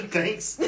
Thanks